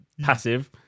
passive